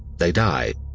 they die.